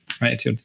right